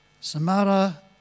Samara